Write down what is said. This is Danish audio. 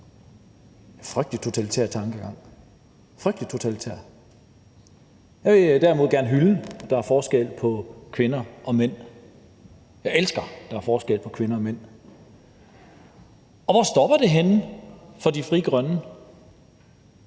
– frygtelig totalitær. Jeg vil derimod gerne hylde, at der er forskel på kvinder og mænd. Jeg elsker, at der er forskel på kvinder og mænd. Og hvor stopper det henne for Frie Grønne?